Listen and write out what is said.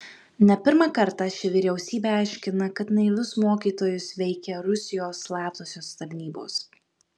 ne pirmą kartą ši vyriausybė aiškina kad naivius mokytojus veikia rusijos slaptosios tarnybos